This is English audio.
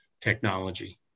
technology